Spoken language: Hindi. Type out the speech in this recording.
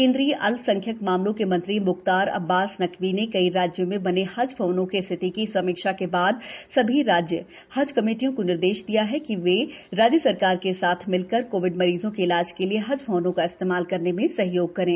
केन्द्रीय अल्पसंख्यक मामलों के मंत्री म्ख्तार अब्बास नकवी ने कई राज्यों में बने हज भवनों की स्थिति की समीक्षा के बाद सभी राज्य हज कमेटियों को निर्देश दिया है कि वे राज्य सरकार के साथ मिलकर कोविड मरीजों के इलाज के लिए हज भवनों का इस्तेमाल करने में सहयोग करें